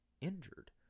injured